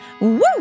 Woo